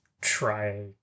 try